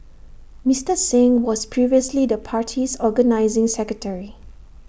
Mister Singh was previously the party's organising secretary